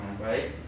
right